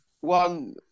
one